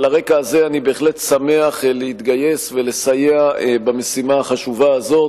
על הרקע הזה אני בהחלט שמח להתגייס ולסייע במשימה החשובה הזאת.